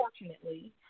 unfortunately